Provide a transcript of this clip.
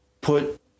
put